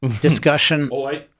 discussion